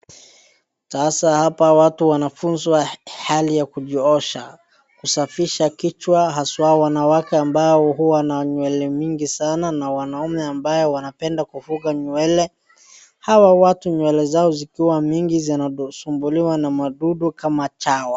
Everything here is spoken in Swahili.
Sasa hapa watu wanafunzwa hali ya kujiosha, kusafisha kichwa haswa wanawake ambao huwa na nywele mingi sana na wanaume ambaye wanapenda kufuga nywele. Hapa nywele zao zikiwa mingi zinasumbuliwa na wadudu kama chawa.